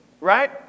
Right